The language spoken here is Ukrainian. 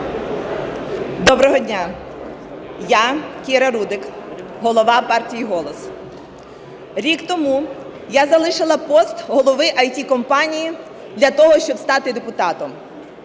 Доброго дня! Я Кіра Рудик, голова партії "Голос". Рік тому я залишила пост голови ІТ-компанії для того, щоб стати депутатом.